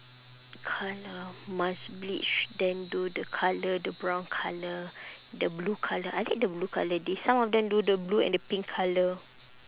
colour must bleach then do the colour the brown colour the blue colour I did the blue colour they some of them do the blue and the pink colour